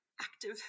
active